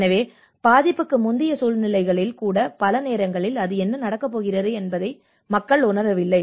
எனவே பாதிப்புக்கு முந்தைய சூழ்நிலைகளில் கூட பல நேரங்களில் அது என்ன நடக்கப் போகிறது என்பதை மக்கள் உணரவில்லை